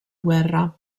guerra